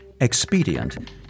expedient